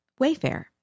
Wayfair